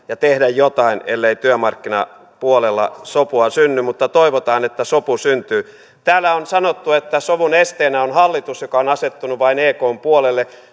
ja tehdä jotain ellei työmarkkinapuolella sopua synny mutta toivotaan että sopu syntyy täällä on sanottu että sovun esteenä on hallitus joka on asettunut vain ekn puolelle